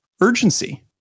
urgency